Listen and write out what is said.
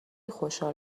خوشحال